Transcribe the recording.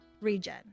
Regen